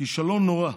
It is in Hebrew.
כישלון נורא.